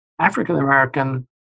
African-American